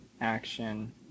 Action